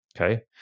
Okay